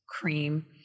cream